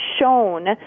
shown